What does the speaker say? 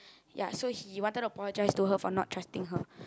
ya so he wanted to apologize to her for not trusting her